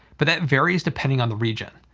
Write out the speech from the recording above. but that varies depending on the region.